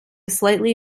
slightly